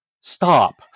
Stop